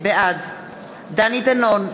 בעד דני דנון,